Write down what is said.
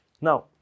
Now